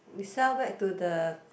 we sell back to the